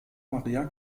maria